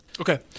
Okay